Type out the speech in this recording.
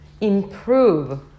improve